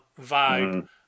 vibe